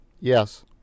Yes